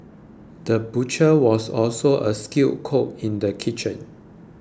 the butcher was also a skilled cook in the kitchen